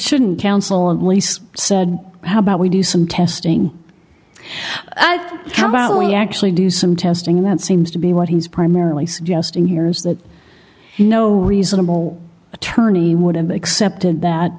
shouldn't counsel and least said how about we do some testing how about we actually do some testing that seems to be what he's primarily suggesting here is that no reasonable attorney would have accepted that